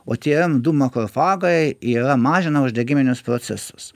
o tie du makrofagai yra mažina uždegiminius procesus